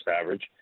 average